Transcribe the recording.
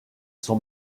son